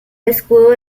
escudo